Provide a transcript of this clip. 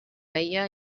veia